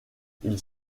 ils